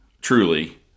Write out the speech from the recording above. truly